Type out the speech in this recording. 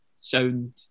sound